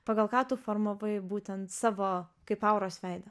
pagal ką tu formavai būtent savo kaip auros veidą